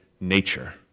nature